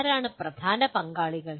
ആരാണ് പ്രധാന പങ്കാളികൾ